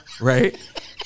Right